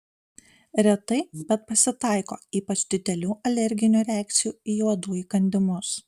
retai bet pasitaiko ypač didelių alerginių reakcijų į uodų įkandimus